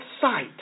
sight